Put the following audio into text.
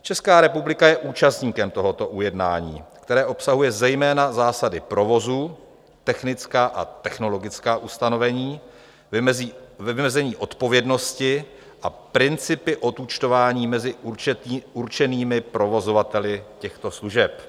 Česká republika je účastníkem tohoto ujednání, které obsahuje zejména zásady provozu, technická a technologická ustanovení, vymezení odpovědnosti a principy odúčtování mezi určenými provozovateli těchto služeb.